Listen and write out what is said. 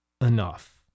enough